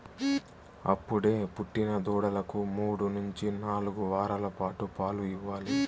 అప్పుడే పుట్టిన దూడలకు మూడు నుంచి నాలుగు వారాల పాటు పాలు ఇవ్వాలి